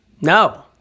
No